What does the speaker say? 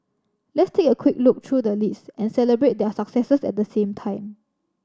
let's take a quick look through the list and celebrate their successes at the same time